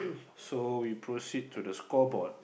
so we proceed to the scoreboard